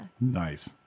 Nice